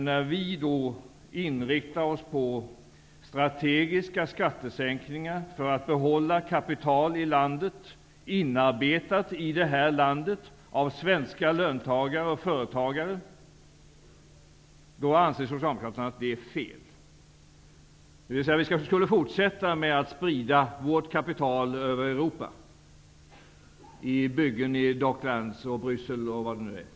När vi inriktar oss på strategiska skattesänkningar för att behålla kapital i Sverige, inarbetat i det här landet av svenska löntagare och företagare, anser Socialdemokraterna att det är fel, dvs. de menar att vi skulle fortsätta att sprida vårt kapital över Europa i byggen i Docklands, i Bryssel och vad det nu kan vara.